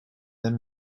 then